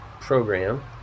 program